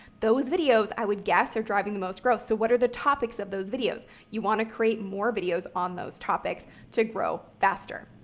those videos, i would guess, are driving the most growth. so what are the topics of those videos? you want to create more videos on those topics to grow faster.